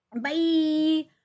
Bye